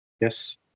yes